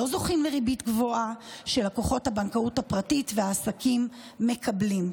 לא זוכים בריבית גבוהה שלקוחות הבנקאות הפרטית והעסקים מקבלים.